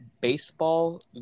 baseball